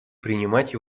принимать